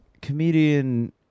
comedian